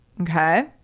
Okay